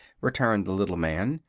returned the little man.